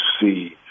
see